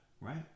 right